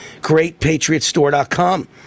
GreatPatriotStore.com